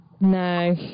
No